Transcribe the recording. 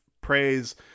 praise